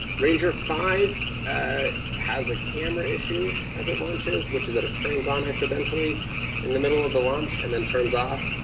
ranger five ah has a camera issue as it launches, which is that it turns on accidentally in the middle of the launch and then turns off.